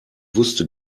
wusste